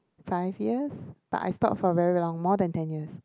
five years but I stopped for very long more than ten years